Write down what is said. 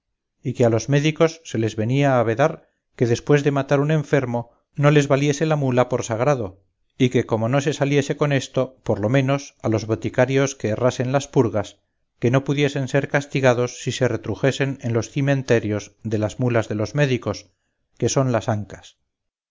y que a los médicos se les venía a vedar que después de matar un enfermo no les valiese la mula por sagrado y que cuando no se saliese con esto por lo menos a los boticarios que errasen las purgas que no pudiesen ser castigados si se retrujesen en los cimenterios de las mulas de los médicos que son las ancas